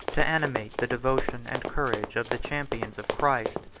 to animate the devotion and courage of the champions of christ.